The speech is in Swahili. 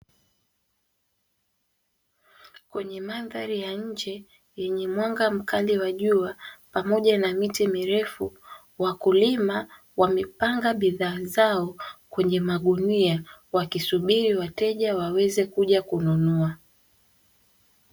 Kwenye mandhari ya nje yenye mwanga mkali wa jua, pamoja na miti mirefu wakulima wamepanga bidhaa zao kwenye magunia wakisubiri wateja waje kununua.